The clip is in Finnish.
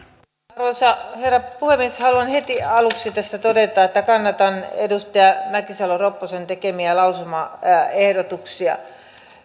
arvoisa herra puhemies haluan heti aluksi tässä todeta että kannatan edustaja mäkisalo ropposen tekemiä lausumaehdotuksia